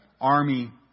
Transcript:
army